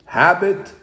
habit